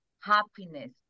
happiness